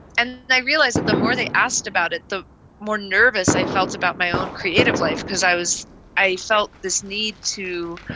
and i realize that the more they asked about it, the more nervous i felt about my own creative life, because i was i felt this need to